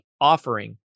offering